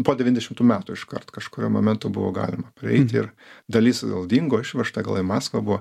po devyniasdešimtų metų iškart kažkuriuo momentu buvo galima prieit ir dalis gal dingo išvežta gal į maskvą buvo